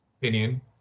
opinion